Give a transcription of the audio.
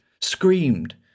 screamed